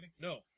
no